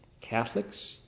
Catholics